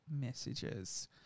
messages